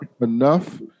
enough